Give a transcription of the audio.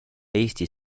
eesti